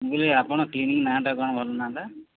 ମୁଁ କହିଲି ଆପଣ କ୍ଲିନିକ୍ ନାଁ ଟା କ'ଣ ଭଲ ନାଁ ଟା